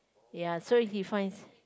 ya so if he finds